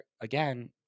again